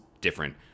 different